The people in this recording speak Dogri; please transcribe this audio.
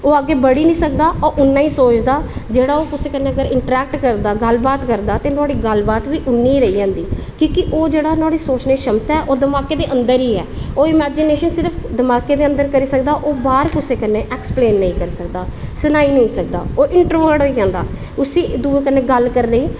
ओह् अग्गें बढ़ी निं सकदा ओह् अग्गें बधी निं सकदा जेकर ओह् कुसै कन्नै इंटरक्ट करदा गल्ल बात करदा ते नुहाड़ी गल्ल बात बी उन्नी गै रेही जंदी की ओह् नुहाड़ी जेह्ड़ी सोचने दी क्षमता ऐ ओह् दमाकै दे अंदर ई ऐ ओह् इमेजीनेशन सिर्फ दमाकै दे अंदर करी सकदा ओह् बाहर कुसै कन्नै एक्सप्लेन नेईं करी सकदा सनाई नेईं सकदा ओह् इंटरवर्ड होई जंदा उसी दूऐ कन्नै गल्ल करने ई